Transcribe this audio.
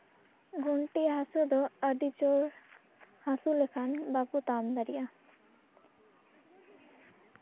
ᱜᱚᱱᱴᱷᱮ ᱦᱟᱹᱥᱩ ᱫᱚ ᱟᱹᱰᱤ ᱡᱳᱨ ᱦᱟᱹᱥᱩ ᱞᱮᱠᱷᱟᱱ ᱵᱟᱠᱚ ᱛᱟᱲᱟᱢ ᱫᱟᱲᱮᱭᱟᱜᱼᱟ